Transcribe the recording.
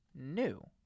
new